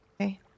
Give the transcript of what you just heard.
Okay